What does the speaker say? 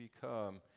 become